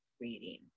reading